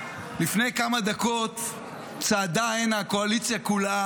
לפני כמה דקות צעדה הנה הקואליציה כולה